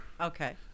Okay